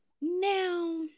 Now